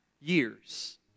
years